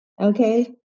Okay